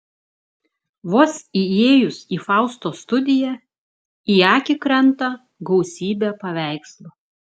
vos įėjus į faustos studiją į akį krenta gausybė paveikslų